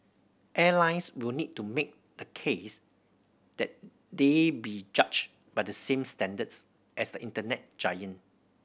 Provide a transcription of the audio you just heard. airlines will need to make the case that they be judged by the same standards as the Internet